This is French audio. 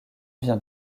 vient